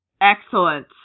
Excellent